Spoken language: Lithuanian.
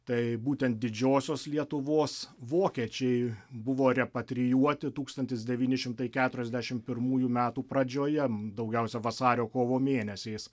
tai būtent didžiosios lietuvos vokiečiai buvo repatrijuoti tūkstantis devyni šimtai keturiasdešim pirmųjų metų pradžioje daugiausia vasario kovo mėnesiais